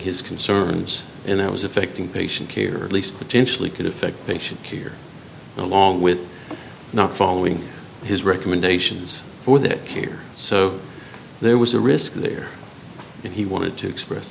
his concerns and i was affecting patient care least potentially could affect patient care along with not following his recommendations for their care so there was a risk there and he wanted to express